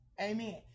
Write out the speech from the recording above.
Amen